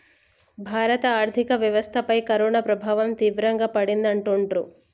భారత ఆర్థిక వ్యవస్థపై కరోనా ప్రభావం తీవ్రంగా పడింది అంటుండ్రు